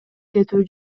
кетүү